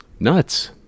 Nuts